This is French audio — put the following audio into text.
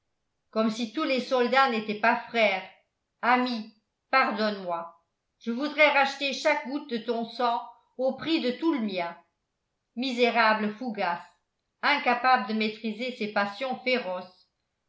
comme si tous les soldats n'étaient pas frères ami pardonnemoi je voudrais racheter chaque goutte de ton sang au prix de tout le mien misérable fougas incapable de maîtriser ses passions féroces